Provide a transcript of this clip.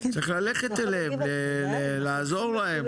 צריך ללכת אליהם, לעזור להם.